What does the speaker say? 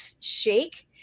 shake